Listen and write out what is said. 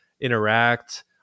interact